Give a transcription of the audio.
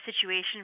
situation